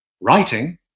writing